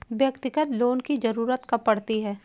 व्यक्तिगत लोन की ज़रूरत कब पड़ती है?